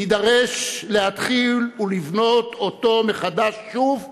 נידרש להתחיל ולבנות אותו מחדש שוב מחר.